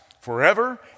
Forever